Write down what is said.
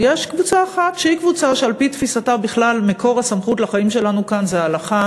שהיא קבוצה שעל-פי תפיסתה בכלל מקור הסמכות לחיים שלנו זה ההלכה,